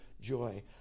joy